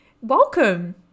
welcome